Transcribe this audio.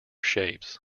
shapes